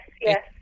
yes